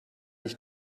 ich